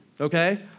okay